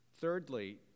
Thirdly